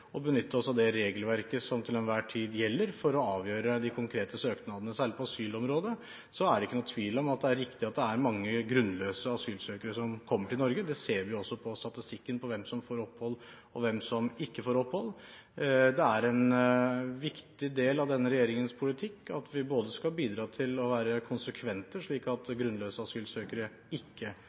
og benytte oss av det regelverket som til enhver tid gjelder, for å avgjøre de konkrete søknadene. Særlig på asylområdet er det ikke noen tvil om at det er mange grunnløse asylsøkere som kommer til Norge. Det ser vi også på statistikken over hvem som får, og hvem som ikke får, opphold. Det er en viktig del av denne regjeringens politikk at vi skal bidra til å være konsekvente, slik at grunnløse asylsøkere ikke